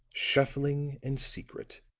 shuffling and secret,